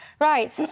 Right